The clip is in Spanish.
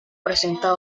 presenta